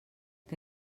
que